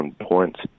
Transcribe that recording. points